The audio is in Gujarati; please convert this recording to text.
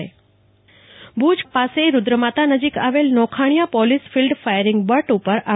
કલ્પના શાહ્ ભુજ પાસે રૂદ્રમાતા નજીક આવેલ Nokhaniya police field firing butt ઉપર તા